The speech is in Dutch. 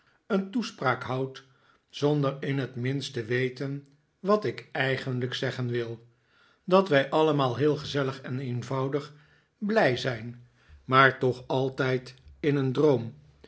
een toespraak houd zonder in het minst te weten wat ik eigenlijk zeggen wil dat wij allemaal heel gezellig en eenvoudig blij zijn maar toch altijd in een